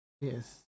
Yes